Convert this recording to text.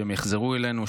שהם יחזרו אלינו,